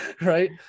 right